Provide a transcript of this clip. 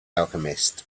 alchemist